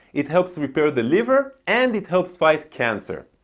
it helps repair the liver and it helps fight cancer.